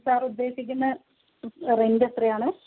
sir ഉദ്ദേശിക്കുന്ന rent എത്രയാണ്